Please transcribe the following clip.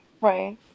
right